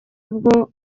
bwo